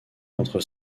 entre